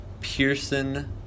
Pearson